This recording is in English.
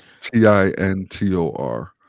T-I-N-T-O-R